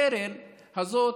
הקרן הזאת,